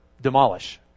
demolish